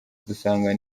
dusanga